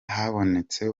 habonetse